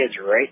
right